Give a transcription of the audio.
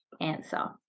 answer